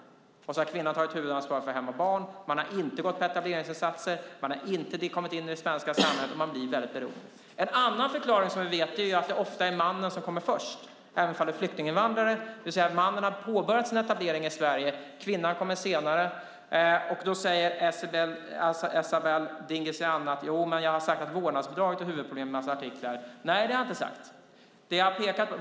Och sedan har kvinnan tagit huvudansvaret för hem och barn. Hon har inte gått på etableringsinsatser, hon har inte kommit in i det svenska samhället och hon blir väldigt beroende. En annan förklaring vi vet är att det ofta är mannen som kommer först, även när det är flyktinginvandrare. Det innebär att mannen har påbörjat sin etablering i Sverige, och kvinnan kommer senare. Esabelle Dingizian menar att jag i en massa artiklar har sagt att vårdnadsbidraget är huvudproblemet. Nej, det har jag inte sagt.